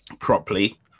properly